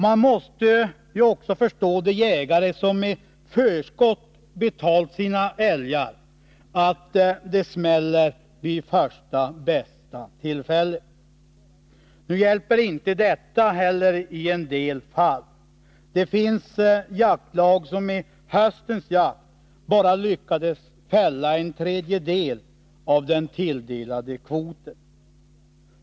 När jägare har betalat förskott för sina älgar, måste man ju förstå att det smäller vid första bästa tillfälle. Nu hjälper inte detta heller i en del fall — det finns jaktlag som i höstens jakt bara lyckades fälla en tredjedel av den tilldelade kvoten.